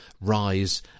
rise